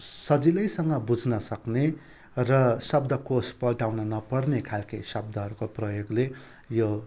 सजिलैलँग बुझ्नसक्ने र शब्दकोश पल्टाउन नपर्ने खालके शब्दहरूको प्रयोगले यो